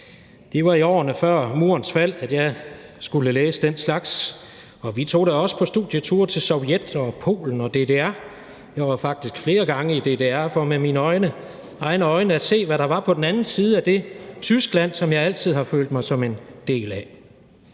Det var i årene før Murens fald, at jeg skulle læse den slags, og vi tog da også på studieture til Sovjet og Polen og DDR. Jeg var faktisk flere gange i DDR for med mine egne øjne at se, hvad der var på den anden side af det Tyskland, som jeg altid har følt mig som en del af.